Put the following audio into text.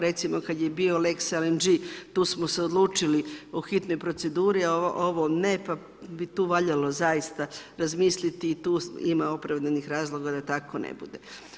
Recimo kad je bio lex LNG tu smo se odlučili o hitnoj proceduri, a ovo ne pa bi tu valjalo zaista razmisliti, tu ima opravdanih razloga da tako ne bude.